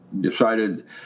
decided